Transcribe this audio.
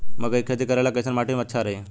मकई के खेती करेला कैसन माटी सबसे अच्छा रही?